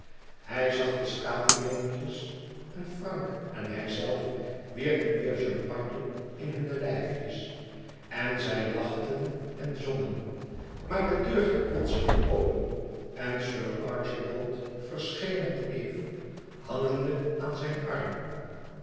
hij zag de skatingrinkjes en frank en hijzelf wierpen weêr champagne in hunne lijfjes en zij lachten en zongen maar de deur ging plotseling open en sir archibald verscheen met eve hangende aan zijn arm